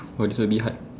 !woah! this one a bit hard